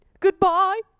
Goodbye